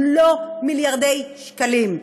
אם לא מיליארדי שקלים.